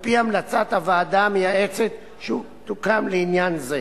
על-פי המלצת הוועדה המייעצת שהוקמה לעניין זה.